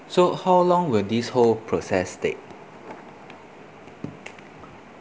so how long will this whole process take